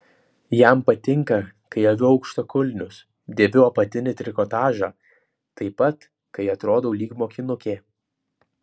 jam patinka kai aviu aukštakulnius dėviu apatinį trikotažą taip pat kai atrodau lyg mokinukė